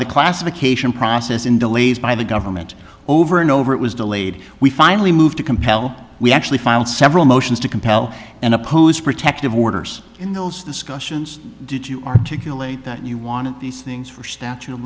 the classification process in delays by the government over and over it was delayed we finally moved to compel we actually filed several motions to compel and oppose protective orders in those discussions did you articulate that you wanted these things for statute of